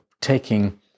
taking